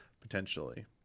potentially